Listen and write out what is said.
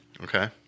Okay